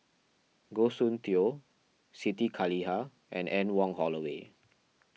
Goh Soon Tioe Siti Khalijah and Anne Wong Holloway